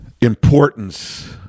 importance